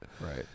Right